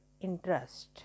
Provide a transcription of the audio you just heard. interest